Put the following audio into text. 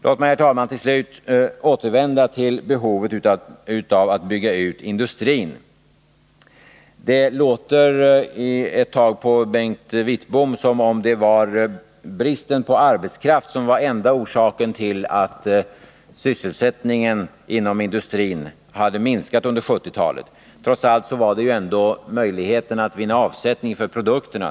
Låt mig, herr talman, till sist få återvända till frågan om behovet av att bygga ut industrin. Det lät på Bengt Wittbom som om bristen på arbetskraft var den enda orsaken till att sysselsättningen inom industrin hade minskat under 1970-talet. Men grundorsaken var framför allt svårigheterna att finna avsättning för produkterna.